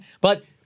but-